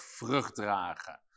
vruchtdragen